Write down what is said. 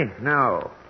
No